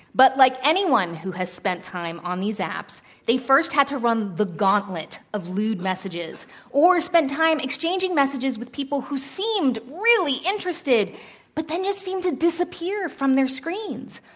but like anyone who has spent time on these apps, they first had to run the gauntlet of lewd messages or spend time exchanging messages with people who seemed really interested but then just seemed to disappear from their screens.